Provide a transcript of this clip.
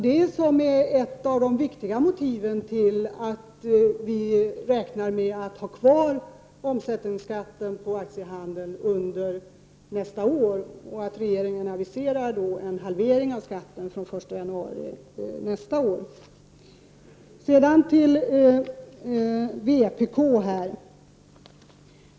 Det är ett av de viktiga motiven till att vi räknar med att få ha kvar omsättningsskatten på aktiehandeln under nästa år och till att regeringen aviserar en halvering av skatten den 1 januari nästa år. Så några ord om vpk.